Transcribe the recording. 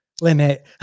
limit